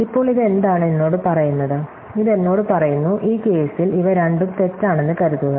ഇപ്പോൾ ഇത് എന്താണ് എന്നോട് പറയുന്നത് ഇത് എന്നോട് പറയുന്നു ഈ കേസിൽ ഇവ രണ്ടും തെറ്റാണെന്ന് കരുതുക